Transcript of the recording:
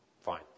Fine